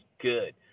good